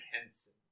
Henson